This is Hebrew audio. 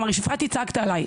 כלומר כשהפרעתי צעקת עליי.